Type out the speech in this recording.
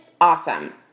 awesome